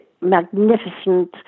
Magnificent